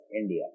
India